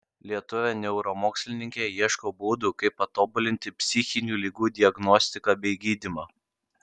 lietuvė neuromokslininkė ieško būdų kaip patobulinti psichinių ligų diagnostiką bei gydymą